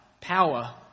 power